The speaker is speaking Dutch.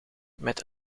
met